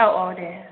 औ औ दे